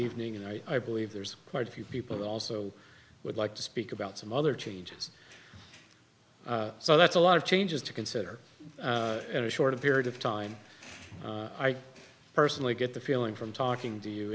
happening and i believe there's quite a few people who also would like to speak about some other changes so that's a lot of changes to consider in a shorter period of time i personally get the feeling from talking to you